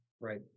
Right